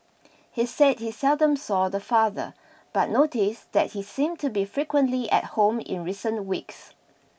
he said he seldom saw the father but noticed that he seemed to be frequently at home in recent weeks